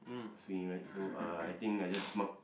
swing right so uh I think I just mark